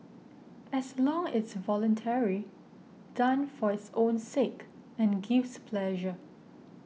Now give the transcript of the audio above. as long it's voluntary done for its own sake and gives pleasure